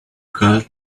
called